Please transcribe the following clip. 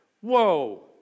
Whoa